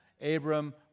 Abram